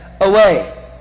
away